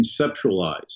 conceptualize